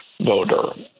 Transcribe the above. voter